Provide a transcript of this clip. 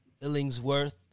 Illingsworth